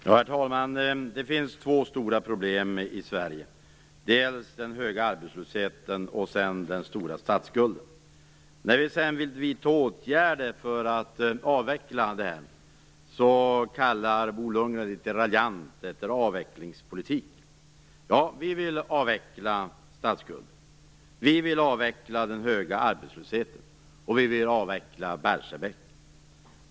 Herr talman! Det finns två stora problem i Sverige, dels den höga arbetslösheten, dels den stora statsskulden. När vi vill vidta åtgärder för att avveckla dessa kallar Bo Lundgren litet raljant det för avvecklingspolitik. Ja, vi vill avveckla statsskulden, vi vill avveckla den höga arbetslösheten och vi vill avveckla Barsebäck.